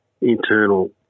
internal